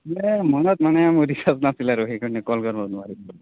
মানে মনত মানে মোৰ ৰিচাৰ্জ নাছিল আৰু সেইকাৰণে কল কৰিব নোৱাৰিলোঁ আৰু